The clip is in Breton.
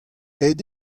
aet